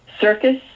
circus